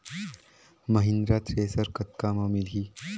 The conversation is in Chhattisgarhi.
महिंद्रा थ्रेसर कतका म मिलही?